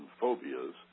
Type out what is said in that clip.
phobias